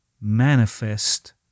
manifest